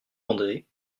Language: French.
andré